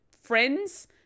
friends